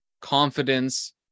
confidence